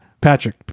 patrick